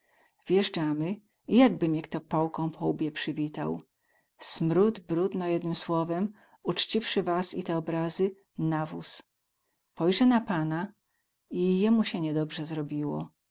i jakby mie kto pałką po łbie przywitał smród brud no jednym słowem ućciwsy was i te obrazy nawóz pojrzę na pana i jemu sie nie dobrze zrobiło